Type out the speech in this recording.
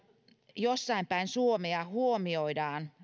jossain päin suomea huomioidaan